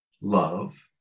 love